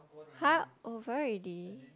!huh! over already